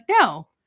no